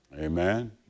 Amen